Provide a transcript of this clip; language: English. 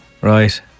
right